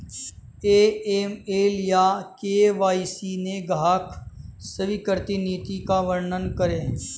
AML या KYC में ग्राहक स्वीकृति नीति का वर्णन करें?